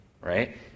Right